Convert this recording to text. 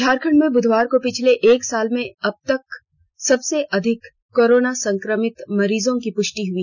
झारखंड में बधवार को पिछले एक साल में अबतक सबसे अधिक कोरोना संक्रमित मरीजों की पृष्टि हई